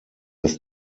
das